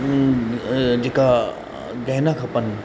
उं अ जेका गहना खपनि